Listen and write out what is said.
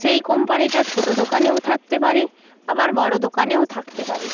সেই কোম্পানিটা ছোটো দোকানেও থাকতে পারে আবার বড়ো দোকানেও থাকতে পারে